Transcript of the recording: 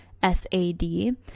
SAD